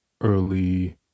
early